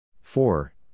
Four